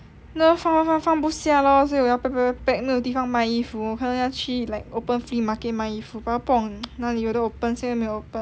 放放放放不下 lor 所以我要 pack pack pack pack pack 没有地方卖衣服看人家去 like open flea market 卖衣服不懂哪里现在没有 open